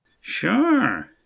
Sure